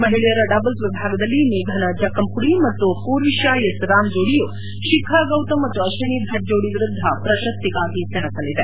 ಮಹಿಳೆಯರ ಡಬಲ್ಸ್ ವಿಭಾಗದಲ್ಲಿ ಮೇಘನಾ ಜಕ್ಕಮ್ಮಡಿ ಮತ್ತು ಪೂರ್ವಿಶಾ ಎಸ್ ರಾಮ್ ಜೋಡಿಯು ಶಿಖಾ ಗೌತಮ್ ಮತ್ತು ಅಶ್ವಿನಿ ಭಟ್ ಜೋಡಿ ವಿರುದ್ಧ ಪ್ರಶಸ್ತಿಗಾಗಿ ಸೆಣಸಲಿದೆ